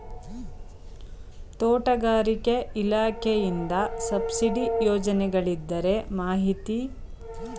ತೋಟಗಾರಿಕೆ ಇಲಾಖೆಯಿಂದ ಸಬ್ಸಿಡಿ ಯೋಜನೆಗಳಿದ್ದರೆ ಮಾಹಿತಿ ನೀಡಿ?